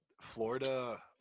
Florida